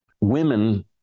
Women